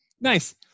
nice